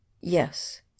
Yes